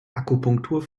akupunktur